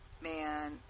man